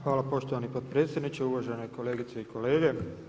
Hvala poštovani potpredsjedniče, uvažene kolegice i kolege.